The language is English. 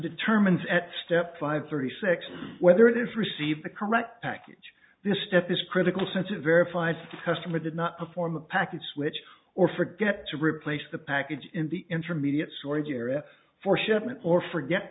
determines at step five thirty six whether it is receive the correct package this step is critical since it verifies the customer did not perform a package switch or forget to replace the package in the intermediate storage area for shipment or forget